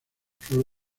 flor